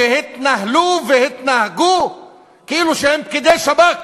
שהתנהלו והתנהגו כאילו הם פקידי שב"כ